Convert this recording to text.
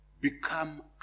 Become